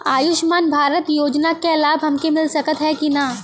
आयुष्मान भारत योजना क लाभ हमके मिल सकत ह कि ना?